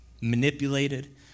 manipulated